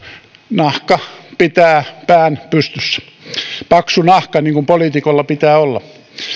nahka pitää pään pystyssä paksu nahka niin kuin poliitikolla pitää olla